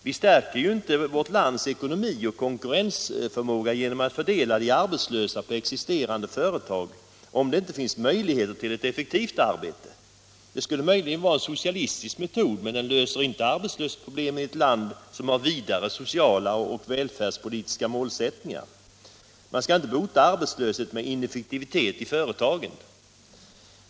Vi stärker inte vårt lands ekonomi och konkurrensförmåga genom att fördela de arbetslösa på existerande företag, om där inte finns möjligheter till ett effektivt arbete. Detta skulle möjligen vara en socialistisk metod, men den löser inte arbetslöshetsproblemen i ett land som har vidare sociala och välfärdspolitiska målsättningar. Man skall inte bota arbetslöshet med ineffektivitet i företagen.